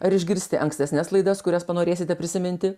ar išgirsti ankstesnes laidas kurias panorėsite prisiminti